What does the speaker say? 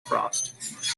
frost